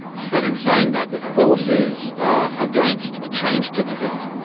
but in saying that, the forces against a change to design,